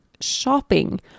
shopping